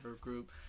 group